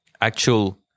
actual